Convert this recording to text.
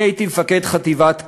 אני הייתי מפקד חטיבת קו.